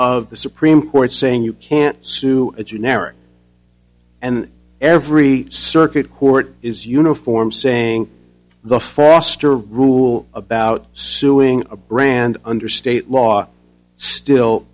of the supreme court saying you can't sue a generic and every circuit court is uniform saying the foster rule about suing a brand under state law still